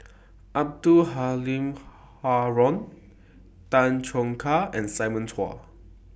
Abdul Halim Haron Tan Choo Kai and Simon Chua